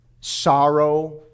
sorrow